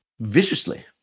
viciously